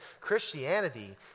Christianity